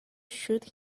shoot